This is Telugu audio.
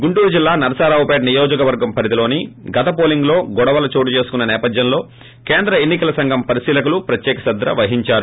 గుంటూరు జిల్లా నరసరావుపేట నియోజకవర్గం పరిధిలోని గత పోలింగ్ లో గొడవలు చోటు చేసు కున్న నేపద్భం లో కేంద్ర ఎన్న కల సంఘం పరిశీలకులు ప్రత్యిక శ్రద్ధ వహించారు